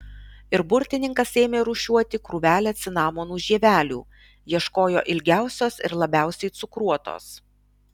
ir burtininkas ėmė rūšiuoti krūvelę cinamonų žievelių ieškojo ilgiausios ir labiausiai cukruotos